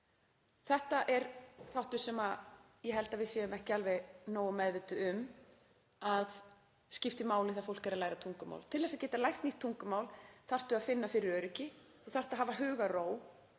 Þetta er þáttur sem ég held að við séum ekki alveg nógu meðvituð um að skipti máli þegar fólk er að læra tungumál. Til þess að geta lært nýtt tungumál þarftu að finna fyrir öryggi, þú þarft að hafa hugarró.